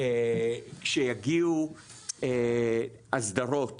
כשיגיעו אסדרות